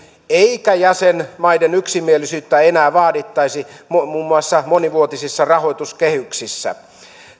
eikä jäsenmaiden yksimielisyyttä enää vaadittaisi muun muassa monivuotisissa rahoituskehyksissä